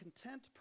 content